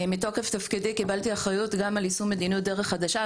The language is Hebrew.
מתוקף תפקידי קיבלתי אחריות גם על יישום מדיניות דרך חדשה.